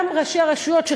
גם ראשי הרשויות,